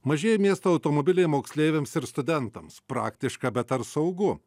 mažieji miesto automobiliai moksleiviams ir studentams praktiška bet ar saugu